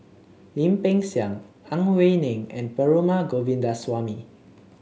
Lim Peng Siang Ang Wei Neng and Perumal Govindaswamy